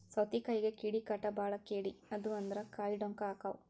ಸೌತಿಕಾಯಿಗೆ ಕೇಡಿಕಾಟ ಬಾಳ ಕೇಡಿ ಆದು ಅಂದ್ರ ಕಾಯಿ ಡೊಂಕ ಅಕಾವ್